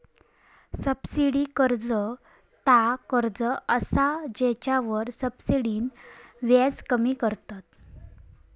subsidy कर्ज ता कर्ज असा जेच्यावर सब्सिडीन व्याज कमी करतत